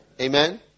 Amen